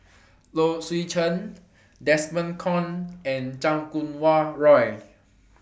Low Swee Chen Desmond Kon and Chan Kum Wah Roy